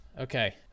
okay